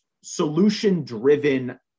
solution-driven